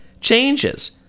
changes